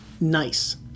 Nice